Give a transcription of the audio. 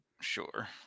Sure